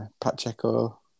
Pacheco